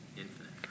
infinite